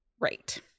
Right